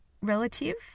relative